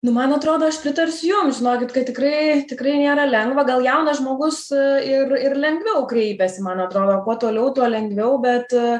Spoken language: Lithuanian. nu man atrodo aš pritarsiu jum žinokit kad tikrai tikrai nėra lengva gal jaunas žmogus ir ir lengviau kreipiasi man atrodo kuo toliau tuo lengviau bet